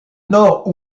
nord